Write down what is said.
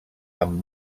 amb